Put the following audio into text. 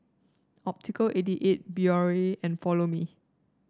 Optical eighty eight Biore and Follow Me